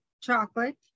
chocolate